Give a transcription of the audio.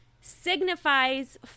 signifies